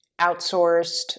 outsourced